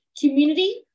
Community